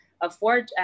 afford